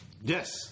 Yes